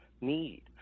need